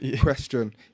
question